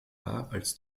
als